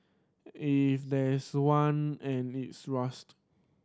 if there's one and its rust